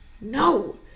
no